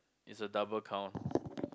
is a double count